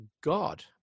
God